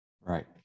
Right